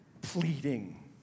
pleading